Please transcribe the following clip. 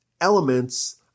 elements